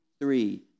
three